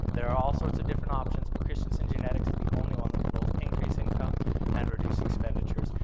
there are all sorts of different options but christensen genetics is the only one that can both increase income and reduce expenditures.